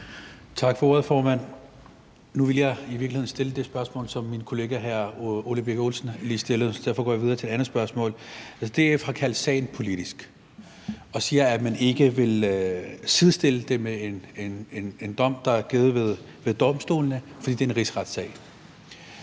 Tak for ordet, formand. Nu ville jeg i virkeligheden have stillet det spørgsmål, som min kollega hr. Ole Birk Olesen lige stillede, så derfor går jeg videre til det andet spørgsmål. DF har kaldt sagen politisk. De siger, at de ikke vil sidestille det med en dom, der er givet ved domstolene, fordi det er en rigsretssag.